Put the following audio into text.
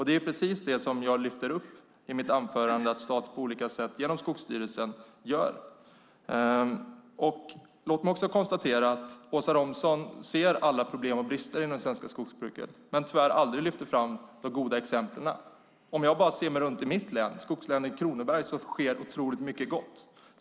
Det är, som jag lyfter upp i mitt anförande, precis det staten på olika sätt genom Skogsstyrelsen nu gör. Åsa Romson ser alla problem och brister i det svenska skogsbruket men tyvärr aldrig lyfter fram de goda exemplen. I mitt län, skogslänet Kronoberg, sker otroligt mycket gott.